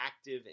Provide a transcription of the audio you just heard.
active